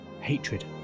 hatred